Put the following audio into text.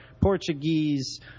Portuguese